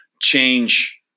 change